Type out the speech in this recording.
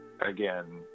again